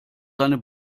seine